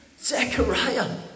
Zechariah